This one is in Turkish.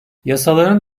yasaların